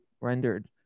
rendered